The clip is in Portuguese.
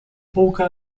pouca